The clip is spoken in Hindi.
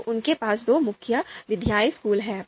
तो उनके पास दो मुख्य विधायी स्कूल हैं